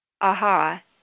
aha